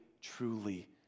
truly